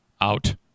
out